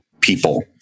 people